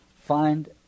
find